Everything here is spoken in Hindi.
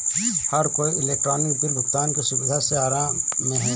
हर कोई इलेक्ट्रॉनिक बिल भुगतान की सुविधा से आराम में है